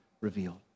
revealed